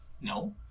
No